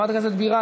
חברת הכנסת בירן,